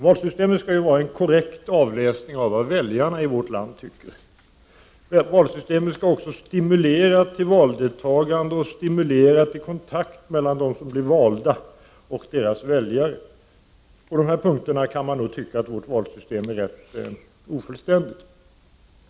Valsystemet skall ju ge en korrekt avläsning av vad väljarna i vårt land tycker. Valsystemet skall också stimulera till valdeltagande och till kontakt mellan dem som blir valda och deras väljare. På de här punkterna kan man nog tycka att vårt valsystem är rätt ofullständigt.